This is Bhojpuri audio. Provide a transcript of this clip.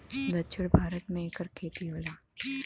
दक्षिण भारत मे एकर खेती होला